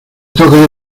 toca